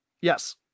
yes